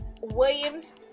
Williams